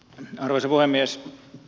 arvoisa puhemies